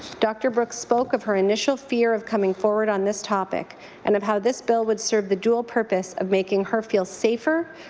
dr. brooks spoke of her initial fear of coming forward on this topic and of how this bill would sort of deserve dual purpose of making her feel safer,